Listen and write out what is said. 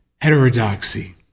heterodoxy